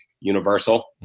universal